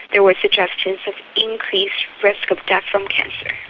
there were suggestions of increased risk of death from cancer.